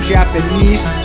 Japanese